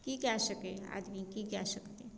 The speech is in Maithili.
की कए सकैए आदमीके की कए सकतै